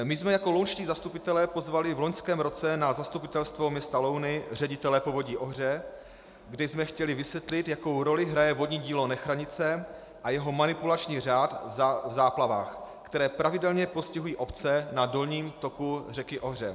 My jsme jako lounští zastupitelé pozvali v loňském roce na zastupitelstvo města Louny ředitele Povodí Ohře, kde jsme chtěli vysvětlit, jakou roli hraje vodní dílo Nechranice a jeho manipulační řád v záplavách, které pravidelně postihují obce na dolním toku řeky Ohře.